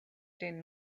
den